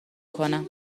کنم